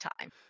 time